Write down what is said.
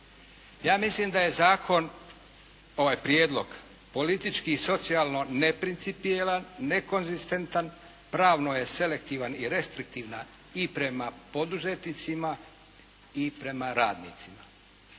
Ja mislim da je zakon, ovaj prijedlog politički i socijalno neprincipijelan, nekonzistentan, pravno je selektivan i restriktivan i prema poduzetnicima i prema radnicima.